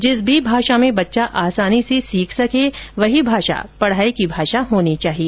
जिस भी भाषा में बच्चा आसानी से सीख सके वही भाषा पढ़ाई की भाषा होनी चाहिए